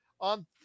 On